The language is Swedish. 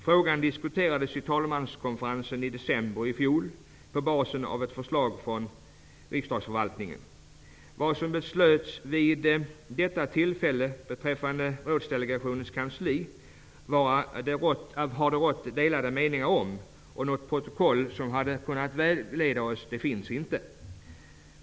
Frågan diskuterades på talmanskonferensen i december i fjol på basis av ett förslag från riksdagsförvaltningen. Vad som beslöts vid detta tillfälle beträffande rådsdelegationens kansli har det rått delade meningar om. Något protokoll som hade kunnat vägleda oss finns inte.